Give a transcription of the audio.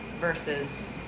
versus